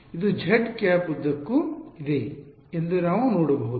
ಇದು zˆ ಉದ್ದಕ್ಕೂ ಇದೆ ಎಂದು ನಾವು ನೋಡಬಹುದು